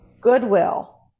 Goodwill